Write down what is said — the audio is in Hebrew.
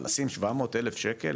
אבל לשים 700 אלף שקל,